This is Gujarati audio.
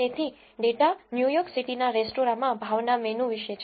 તેથી ડેટા ન્યૂ યોર્ક સિટીનાં રેસ્ટોરાંમાં ભાવ ના મેનૂ વિશે છે